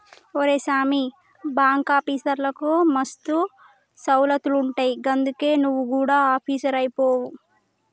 ఒరే సామీ, బాంకాఫీసర్లకు మస్తు సౌలతులుంటయ్ గందుకే నువు గుడ ఆపీసరువైపో